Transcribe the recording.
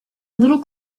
little